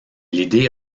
l’idée